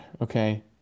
okay